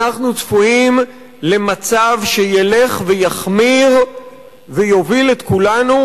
אנחנו צפויים למצב שילך ויחמיר ויוביל את כולנו,